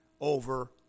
over